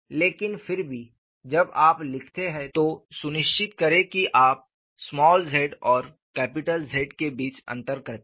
लेकिन फिर भी जब आप लिखते हैं तो सुनिश्चित करें कि आप z और Z के बीच अंतर करते हैं